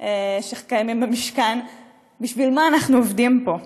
שקיימים במשכן בשביל מה אנחנו עובדים פה.